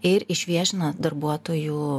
ir išviešina darbuotojų